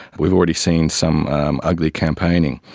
we've already seen some ugly campaigning.